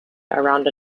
around